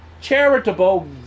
charitable